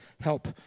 help